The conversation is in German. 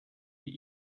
die